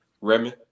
Remy